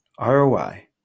ROI